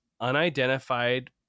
unidentified